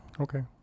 Okay